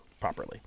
properly